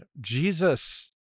Jesus